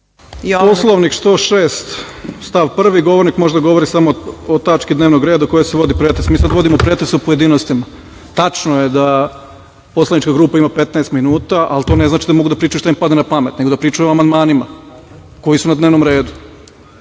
Poslovnik član 106. stav 1. govornik može samo da govori o tački dnevnog reda o kojoj se vodi pretres. Mi sada vodimo pretres u pojedinostima. Tačno je da poslanička grupa ima 15 minuta, ali to ne znači da mogu da pričaju šta im padne napamet, nego da pričaju o amandmanima koji su na dnevnom redu.